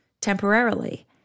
temporarily